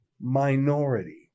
minority